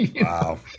Wow